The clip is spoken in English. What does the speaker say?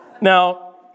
Now